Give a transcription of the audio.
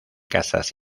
casas